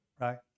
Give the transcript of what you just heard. right